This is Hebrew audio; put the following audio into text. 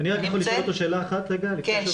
לשאול שאלה אחת?